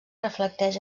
reflecteix